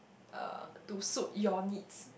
uh to suit your needs